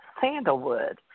sandalwood